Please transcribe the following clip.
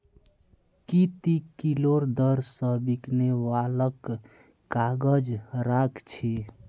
की ती किलोर दर स बिकने वालक काग़ज़ राख छि